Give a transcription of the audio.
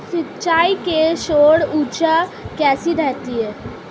सिंचाई के लिए सौर ऊर्जा कैसी रहती है?